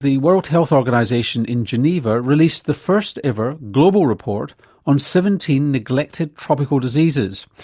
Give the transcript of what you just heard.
the world health organisation in geneva released the first ever global report on seventeen neglected tropical diseases.